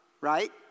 right